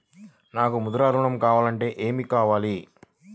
నాకు ముద్ర ఋణం కావాలంటే ఏమి కావాలి?